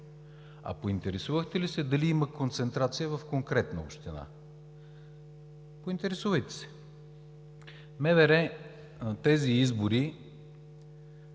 А поинтересувахте ли се дали има концентрация в конкретна община? Поинтересувайте се! Министерството